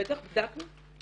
כן, בטח, בדקנו.